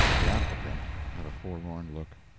the applicant had a forlorn look.